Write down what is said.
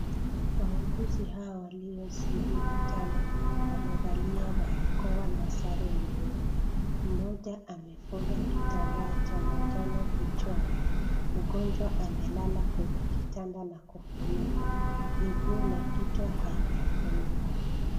Wauguzi hawa waliozidi watano wamevalia barakoa na sare nyeupe. Mmoja amefunga kitambaa cha manjano kichwani. Mgonjwa amelala kwenye kitanda na kufunikwa. Miguu na kichwa haijafunikwa.